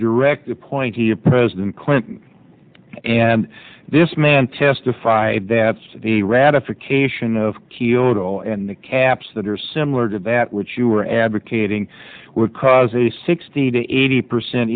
direct appointee of president clinton and this man testify that the ratification and of kyoto and the caps that are similar to that which you are advocating would cause a sixty to eighty percent